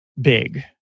big